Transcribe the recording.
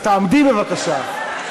אז תעמדי, בבקשה.